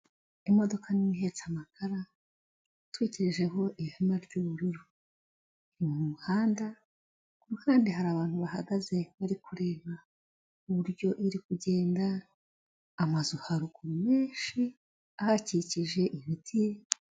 Imodoka nini ihetse amakara itwikirijeho ihema ry'ubururu. Mu muhanda ku ruhande hari abantu bahagaze bari kureba uburyo iri kugenda, amazu haruguru menshi ahakikije, imiti...